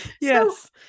Yes